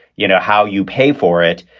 you know how you pay for it.